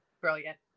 brilliant